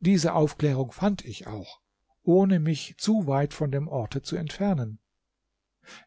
diese aufklärung fand ich auch ohne mich zu weit von dem orte zu entfernen